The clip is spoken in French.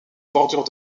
bordure